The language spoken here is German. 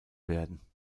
werden